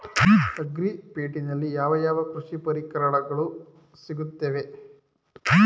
Agri ಪೇಟೆನಲ್ಲಿ ಯಾವ ಯಾವ ಕೃಷಿ ಪರಿಕರಗಳು ಸಿಗುತ್ತವೆ?